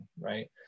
right